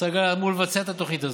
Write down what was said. השר גלנט אמור לבצע את התוכנית הזאת.